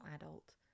adult